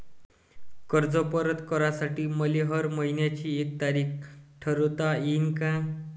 कर्ज परत करासाठी मले हर मइन्याची एक तारीख ठरुता येईन का?